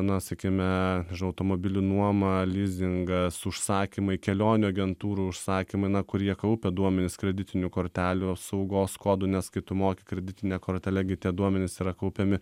na sakykime automobilių nuomą lizingas užsakymai kelionių agentūrų užsakymai na kurie kaupia duomenis kreditinių kortelių saugos kodų nes kai tu moki kreditine kortele gi tie duomenys yra kaupiami